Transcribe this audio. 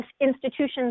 institutions